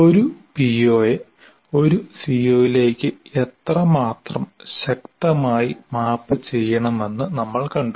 ഒരു പിഒയെ ഒരു സിഒയിലേക്ക് എത്രമാത്രം ശക്തമായി മാപ്പുചെയ്യണമെന്നു നമ്മൾ കണ്ടു